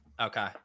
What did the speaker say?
Okay